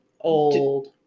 old